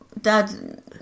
Dad